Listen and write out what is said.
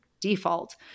default